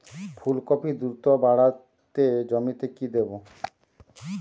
ফুলকপি দ্রুত বাড়াতে জমিতে কি দেবো?